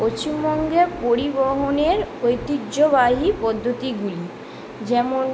পশ্চিমবঙ্গে পরিবহণের ঐতিহ্যবাহী পদ্ধতিগুলি যেমন